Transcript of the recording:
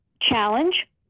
challenge